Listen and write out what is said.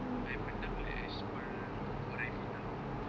I menang like a small pokok Ribena